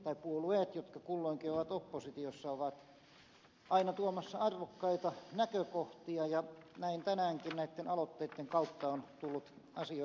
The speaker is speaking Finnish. puolueet jotka kulloinkin ovat oppositiossa ovat aina tuomassa arvokkaita näkökohtia ja näin tänäänkin näitten aloitteitten kautta on tullut asioita esille